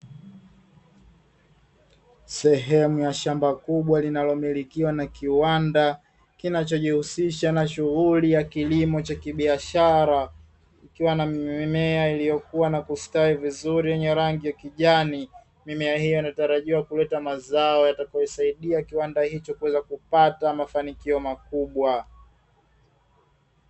Sehemu ya shamba kubwa linalomilikiwa na kiwanda kinachojihusisha na shughuli ya kilimo cha kibiashara, kikiwa na mimea iliyokua na kustawi vizuri yenye rangi ya kijani, mimea hii inatarajiwa kuleta mazao yatakayoisaidia kiwanda hicho kuweza kupata mafanikio makubwa.